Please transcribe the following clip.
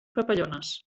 papallones